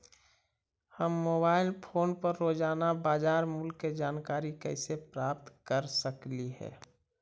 हम mobile phone पर रोजाना बाजार मूल्य के जानकारी कैसे प्राप्त कर सकली हे?